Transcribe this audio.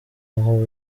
aho